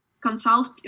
Consult